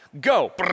go